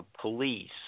police